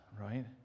right